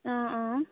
অঁ অঁ